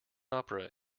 opera